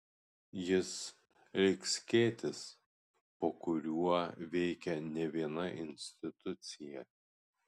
jis lyg skėtis po kuriuo veikia ne viena institucija